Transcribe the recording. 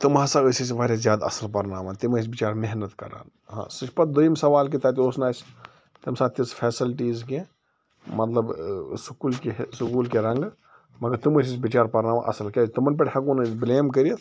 تِم ہَسا ٲسۍ اسہِ واریاہ زیادٕ اصٕل پَرناوان تِم ٲسۍ بِچارٕ محنت کَران ہاں سُہ چھُ پَتہٕ دوٚیِم سوال کہِ تَتہِ اوس نہٕ اسہِ تَمہِ ساتہٕ تِژھ فیسَلٹیٖز کیٚنٛہہ مطلب ٲں سکوٗل کہِ ٲں سکوٗل کہِ رنٛگہٕ مگر تِم ٲسۍ اسہِ بِچار پَرناوان اصٕل کیٛازِ تِمَن پٮ۪ٹھ ہیٚکو نہٕ أسۍ بٕلیم کٔرِتھ